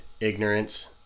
ignorance